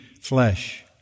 flesh